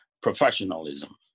professionalism